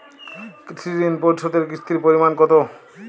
কৃষি ঋণ পরিশোধের কিস্তির পরিমাণ কতো?